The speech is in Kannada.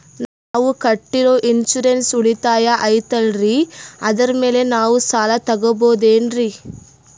ನಾವು ಕಟ್ಟಿರೋ ಇನ್ಸೂರೆನ್ಸ್ ಉಳಿತಾಯ ಐತಾಲ್ರಿ ಅದರ ಮೇಲೆ ನಾವು ಸಾಲ ತಗೋಬಹುದೇನ್ರಿ?